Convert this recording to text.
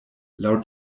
laŭ